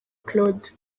claude